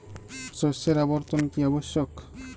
শস্যের আবর্তন কী আবশ্যক?